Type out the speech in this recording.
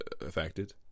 Affected